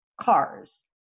cars